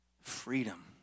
freedom